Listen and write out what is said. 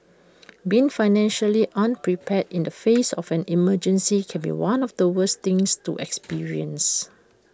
being financially unprepared in the face of an emergency can be one of the worst things to experience